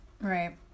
Right